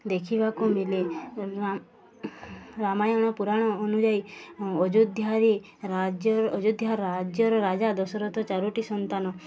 ଦେଖିବାକୁ ମିଲେ ରା ରାମାୟଣ ପୁରାଣ ଅନୁଯାୟୀ ଅଯୋଧ୍ୟାରେ ରାଜ୍ୟର ଅଯୋଧ୍ୟାର ରାଜ୍ୟର ରାଜା ଦଶରଥ ଚାରୋଟି ସନ୍ତାନ